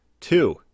Two